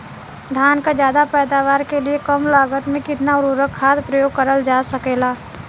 धान क ज्यादा पैदावार के लिए कम लागत में कितना उर्वरक खाद प्रयोग करल जा सकेला?